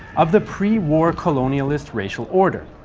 of the pre-war colonialist racial order,